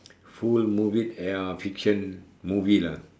full movie ya uh fiction movie lah